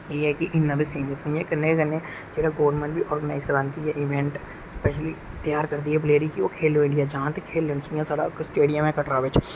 कन्नै कन्नै जेहड़ा गवर्नमैंट बी आरॅगैनाइज करांदी ऐ इवेंट स्पेशली त्यार करदी ऐ प्लेयर गी कि खेलो इंडिया जान खेलन जियां साढ़ा स्टेडियम ऐ कटरा बिच